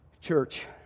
Church